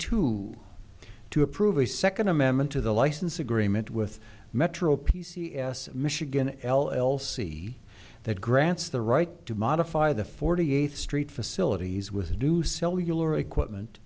two to approve a second amendment to the license agreement with metro p c s michigan l l c that grants the right to modify the forty eighth street facilities with new cellular equipment